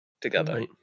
together